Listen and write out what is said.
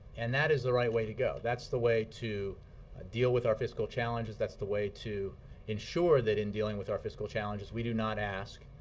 and that is the right way to go. that's the way to deal with our fiscal challenges. that's the way to ensure that in dealing with our fiscal challenges, we do not ask,